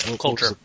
culture